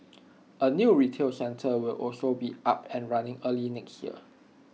A new retail centre will also be up and running early next year